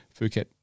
Phuket